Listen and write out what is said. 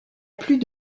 plus